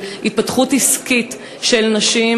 של התפתחות עסקית של נשים,